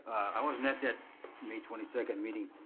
i wasn't at that may twenty second meeting.